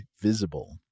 Visible